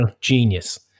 Genius